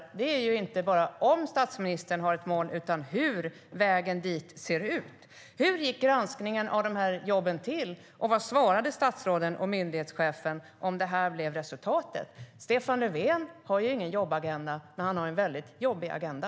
Vad jag undrar är inte bara om statsministern har ett mål utan hur vägen dit ser ut. Hur gick granskningen av dessa jobb till, och vad svarade statsråden och myndighetscheferna om detta blev resultatet? Stefan Löfven har ju ingen jobbagenda, men han har en väldigt jobbig agenda.